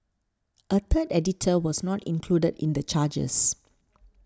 a third editor was not included in the charges